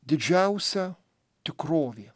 didžiausia tikrovė